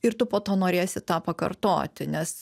ir tu po to norėsi tą pakartoti nes